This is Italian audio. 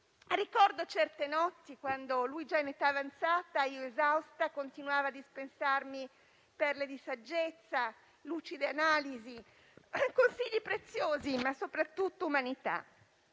Ricordo certe notti, quando lui, già in età avanzata, a me esausta continuava a dispensare perle di saggezza, lucide analisi, consigli preziosi, ma soprattutto umanità.